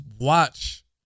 watch